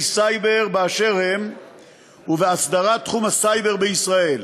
סייבר באשר הם ובהסדרת תחום הסייבר בישראל.